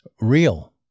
Real